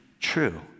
true